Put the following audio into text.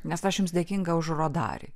nes aš jums dėkinga už rodari